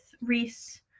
Reese